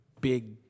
big